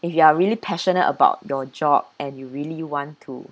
if you are really passionate about your job and you really want to